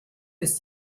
ist